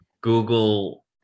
Google